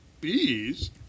Bees